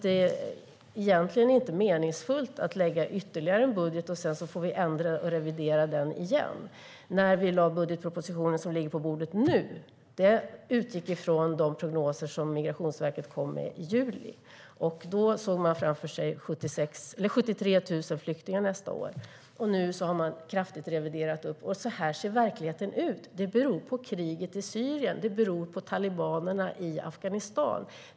Det är egentligen inte meningsfullt att lägga fram ytterligare en budget, och sedan får vi ändra och revidera den igen. När vi lade fram budgetpropositionen som nu ligger på bordet utgick vi från de prognoser som Migrationsverket kom med i juli. Då såg man framför sig 73 000 flyktingar nästa år. Nu har man reviderat upp det kraftigt. Så ser verkligheten ut. Det beror på kriget i Syrien och talibanerna i Afghanistan.